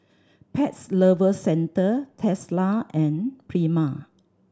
Pets Lover Centre Tesla and Prima